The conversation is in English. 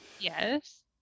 Yes